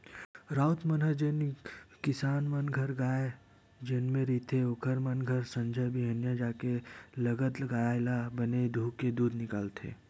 राउत मन ह जेन किसान मन घर गाय जनमे रहिथे ओखर मन घर संझा बिहनियां जाके लगत गाय ल बने दूहूँके दूद निकालथे